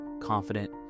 confident